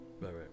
right